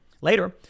Later